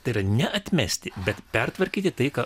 tai yra ne atmesti bet pertvarkyti tai ką